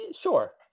Sure